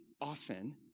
often